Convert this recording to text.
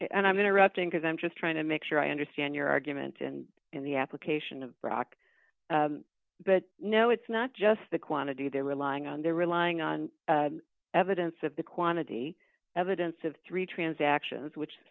i'm i'm interrupting because i'm just trying to make sure i understand your argument and in the application of rock but no it's not just the quantity they're relying on they're relying on evidence of the quantity evidence of three transactions which